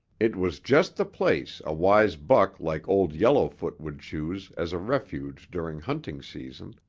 it was just the place a wise buck like old yellowfoot would choose as a refuge during hunting season,